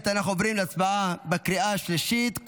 אנחנו עוברים להצבעה בקריאה השלישית,